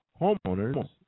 homeowners